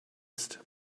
ist